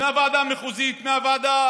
מהוועדה המחוזית, מהוועדה